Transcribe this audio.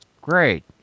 Great